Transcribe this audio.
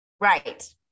Right